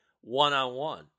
one-on-one